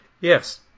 Yes